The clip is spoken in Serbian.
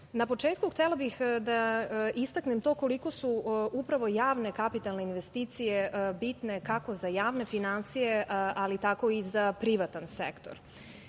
početku, htela bih da istaknem to koliko su javne kapitalne investicije bitne kako za javne finansije, ali tako i za privatan sektor.